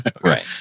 Right